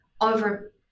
over